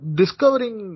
discovering